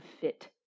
fit